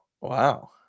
Wow